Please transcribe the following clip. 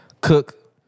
cook